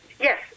Yes